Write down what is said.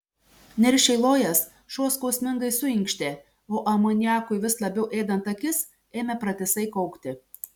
niršiai lojęs šuo skausmingai suinkštė o amoniakui vis labiau ėdant akis ėmė pratisai kaukti